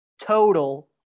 total